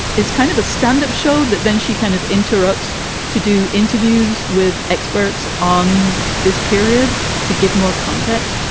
it's kind of a stand up show that then she kind of interrupts to do interviews with experts on this period to give more context.